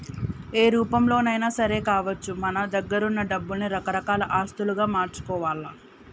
ఏ రూపంలోనైనా సరే కావచ్చు మన దగ్గరున్న డబ్బుల్ని రకరకాల ఆస్తులుగా మార్చుకోవాల్ల